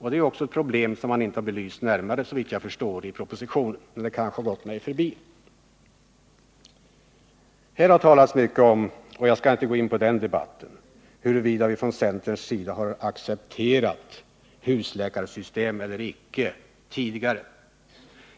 Det är också ett problem som man inte har belyst närmare i propositionen, men det kanske har gått mig förbi. Här har talats mycket om huruvida vi från centerns sida tidigare har accepterat husläkarsystemet eller inte. Jag skall inte gå närmare in på den debatten.